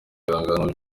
ibihangano